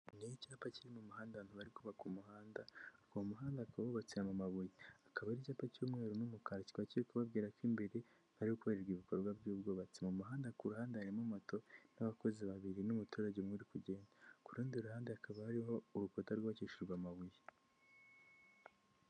Ni icyapa kiri mu muhanda ahantu bari kubaka umuhanda, uwo muhanda ukaba wubatse mu mabuye, akaba ari icyapa cy'umweru n'umukara kikaba kiri kubabwira ko imbere hari gukorerwa ibikorwa by'ubwubatsi mu muhanda, ku ruhande harimo moto n'abakozi babiri n'umuturage uri umwe kugenda, ku rundi ruhande hakaba hariho urukuta rwubakishijwe amabuye.